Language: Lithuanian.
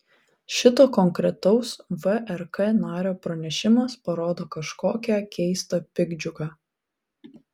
šito konkretaus vrk nario pranešimas parodo kažkokią keistą piktdžiugą